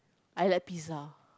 I like pizza